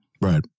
Right